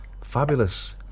fabulous